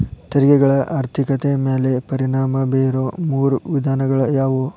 ತೆರಿಗೆಗಳ ಆರ್ಥಿಕತೆ ಮ್ಯಾಲೆ ಪರಿಣಾಮ ಬೇರೊ ಮೂರ ವಿಧಾನಗಳ ಯಾವು